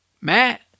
Matt